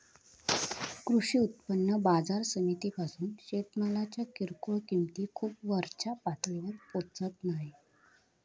कृषी उत्पन्न बाजार समितीपासून शेतमालाच्या किरकोळ किंमती खूप वरच्या पातळीवर पोचत नाय